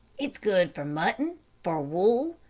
it's good for mutton, for wool,